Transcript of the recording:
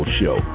show